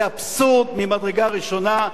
זה אבסורד ממדרגה ראשונה.